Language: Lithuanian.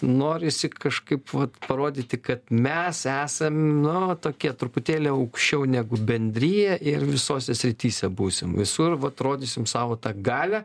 norisi kažkaip vat parodyti kad mes esam na tokie truputėlį aukščiau negu bendrija ir visose srityse būsim visur vat rodysim savo tą galią